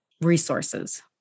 resources